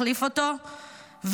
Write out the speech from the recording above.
מחליף אותו,